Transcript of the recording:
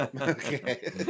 Okay